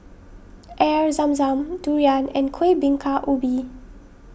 Air Zam Zam Durian and Kueh Bingka Ubi